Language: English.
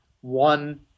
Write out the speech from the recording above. One